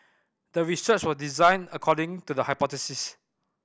the research was designed according to the hypothesis